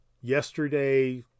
yesterday